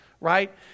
Right